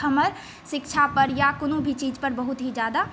हमर शिक्षा पर या कोनो भी चीज पर बहुत ही ज्यादा